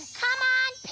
come on pan.